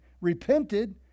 repented